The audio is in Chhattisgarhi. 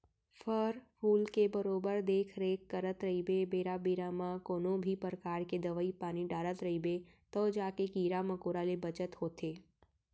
फर फूल के बरोबर देख रेख करत रइबे बेरा बेरा म कोनों भी परकार के दवई पानी डारत रइबे तव जाके कीरा मकोड़ा ले बचत होथे